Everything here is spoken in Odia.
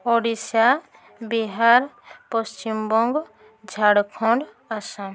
ଓଡ଼ିଶା ବିହାର ପଶ୍ଚିମବଙ୍ଗ ଝାଡ଼ଖଣ୍ଡ ଆସାମ